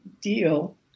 deal